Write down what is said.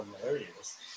hilarious